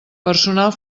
personal